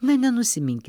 ne nenusiminkit